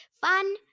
Fun